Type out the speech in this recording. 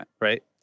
right